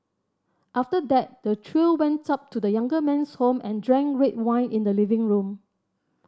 after that the trio went up to the younger man's home and drank red wine in the living room